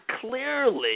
clearly